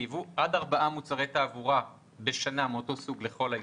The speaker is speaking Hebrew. לייבוא עד ארבעה מוצרי תעבורה בשנה מאותו סוג לכל היותר,